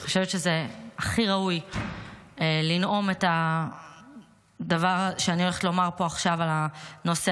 אני חושבת שזה הכי ראוי לנאום את הדבר שאני הולכת לומר עכשיו על הנושא,